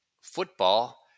Football